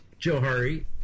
Johari